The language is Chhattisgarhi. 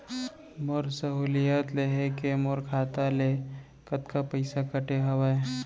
मोर सहुलियत लेहे के मोर खाता ले कतका पइसा कटे हवये?